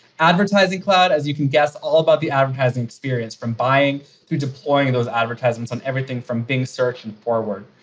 advertising cloud, as you can guess all about the advertising experience from buying through deploying those advertisements on everything from bing search and forward.